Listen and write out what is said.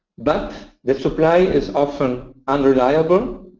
but the supply is often unreliable.